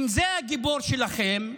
אם זה הגיבור שלכם,